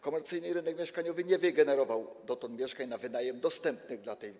Komercyjny rynek mieszkaniowy nie wygenerował dotąd mieszkań na wynajem dostępnych dla tej grupy.